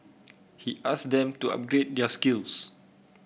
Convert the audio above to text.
he asked them to upgrade their skills